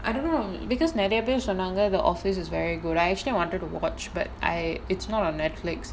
I don't know because நெறய பேர் சொன்னாங்க:neraya paer sonnaanga the office very good actually I wanted to watch but I it's not on Netflix